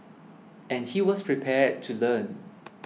and he was prepared to learn